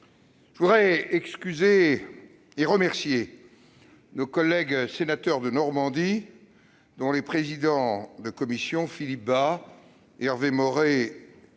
Je voudrais également excuser nos collègues sénateurs de Normandie, dont les présidents de commission MM. Philippe Bas, Hervé Maurey et